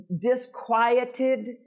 disquieted